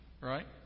right